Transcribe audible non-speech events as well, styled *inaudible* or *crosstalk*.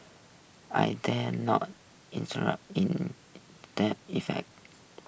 I dare not *unintelligible* in dead effect